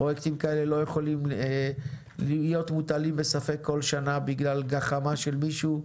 פרויקטים כאלה לא יכולים להיות מוטלים בספק כל שנה בגלל גחמה של מישהו.